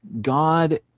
God